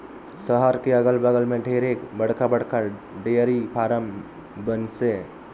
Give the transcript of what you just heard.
सहर के अगल बगल में ढेरे बड़खा बड़खा डेयरी फारम बनिसे